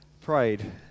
prayed